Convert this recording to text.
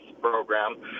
program